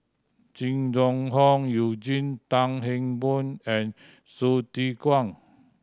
Jing Jun Hong Eugene Tan Kheng Boon and Hsu Tse Kwang